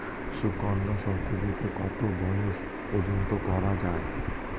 সুকন্যা সমৃদ্ধী কত বয়স পর্যন্ত করা যায়?